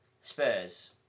Spurs